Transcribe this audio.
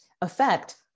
affect